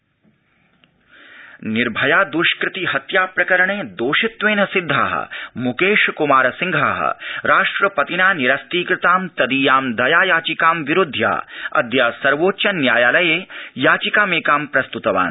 शीर्षन्यायालयनिर्भया निर्भया द्ष्कृति हत्या प्रकरणे दोषित्वेन सिद्ध मुकेश कुमार सिंह राष्ट्रपतिना निरस्तीकृतां तदीयां दया याचिकां विरुध्य अद्य सर्वोच्च न्यायालये याचिकामेकां प्रस्तुतवान्